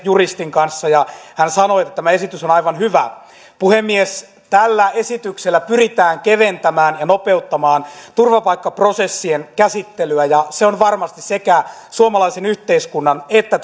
juristin kanssa ja hän sanoi että tämä esitys on aivan hyvä puhemies tällä esityksellä pyritään keventämään ja nopeuttamaan turvapaikkaprosessien käsittelyä ja se on varmasti sekä suomalaisen yhteiskunnan että